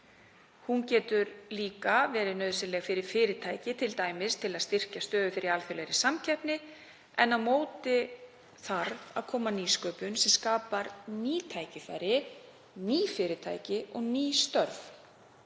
Hún getur líka verið nauðsynleg fyrir fyrirtæki, t.d. til að styrkja stöðu þeirra í alþjóðlegri samkeppni, en á móti þarf að koma nýsköpun sem skapar ný tækifæri, ný fyrirtæki og ný störf.